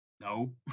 No